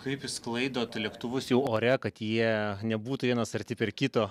kaip išsklaidot lėktuvus jau ore kad jie nebūtų vienas arti prie kito